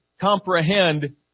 comprehend